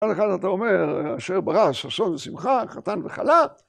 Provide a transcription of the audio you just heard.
על הכלל אתה אומר, אשר ברא, ששון ושמחה, חתן וחלה.